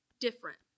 different